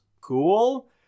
Cool